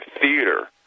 theater